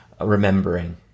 remembering